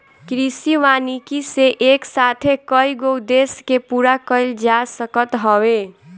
कृषि वानिकी से एक साथे कईगो उद्देश्य के पूरा कईल जा सकत हवे